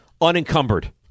unencumbered